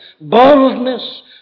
boldness